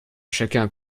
chacun